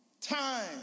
time